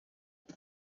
kera